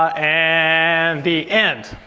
ah and the end.